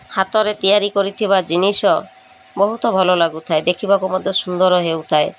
ହାତରେ ତିଆରି କରିଥିବା ଜିନିଷ ବହୁତ ଭଲ ଲାଗୁଥାଏ ଦେଖିବାକୁ ମଧ୍ୟ ସୁନ୍ଦର ହେଉଥାଏ